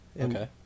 Okay